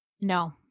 No